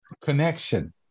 connection